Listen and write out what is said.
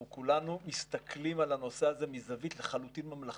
אנחנו כולנו מסתכלים על הנושא הזה מזווית לחלוטין ממלכתית,